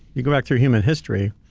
you go back through human history.